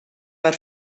per